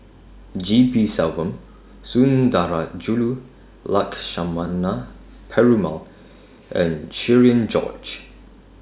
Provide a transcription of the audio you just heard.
G P Selvam Sundarajulu Lakshmana Perumal and Cherian George